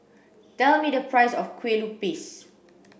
tell me the price of Kue Lupis